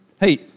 Hey